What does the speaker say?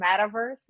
metaverse